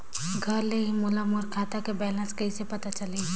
घर ले ही मोला मोर खाता के बैलेंस कइसे पता चलही?